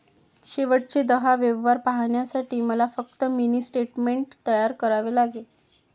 शेवटचे दहा व्यवहार पाहण्यासाठी मला फक्त मिनी स्टेटमेंट तयार करावे लागेल